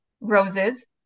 roses